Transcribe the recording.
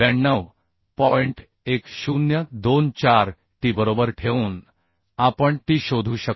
1024 t बरोबर ठेवून आपण t शोधू शकतो